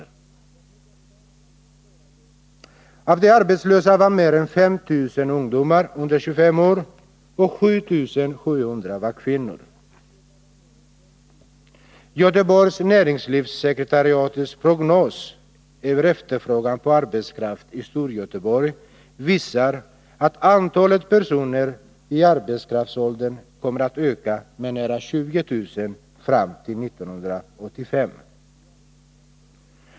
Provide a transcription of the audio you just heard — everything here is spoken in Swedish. Av de arbetslösa var mer än 5 000 ungdomar under 25 år och 7 700 var kvinnor. Göteborgs näringslivssekretariats prognos över efterfrågan på arbetskraft i Storgöteborg visar att antalet personer i arbetskraftsåldern kommer att öka med nära 20 000 fram till 1985.